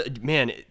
Man